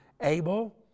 Abel